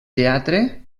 teatre